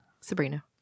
Sabrina